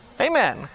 Amen